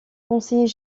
conseiller